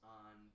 on